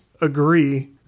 agree